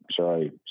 sorry